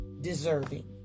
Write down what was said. deserving